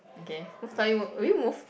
okay most likely will will you move